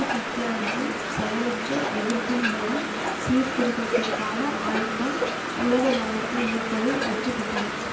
உப்பு சத்தியாகிரகம் செயலற்ற எதிர்ப்பின் மூலம் சீர்திருத்தத்திற்கான அழுத்தம் உலக கவனத்தை ஈர்ப்பதில் வெற்றி பெற்றது